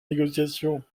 négociations